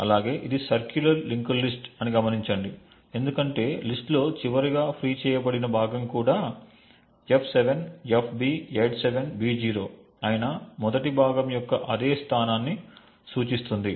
అలాగే ఇది circular linked లిస్ట్అని గమనించండి ఎందుకంటే లిస్ట్ లో చివరిగా ఫ్రీ చేయబడిన భాగం కూడా f7fb87b0 అయిన మొదటి భాగం యొక్క అదే స్థానాన్ని సూచిస్తుంది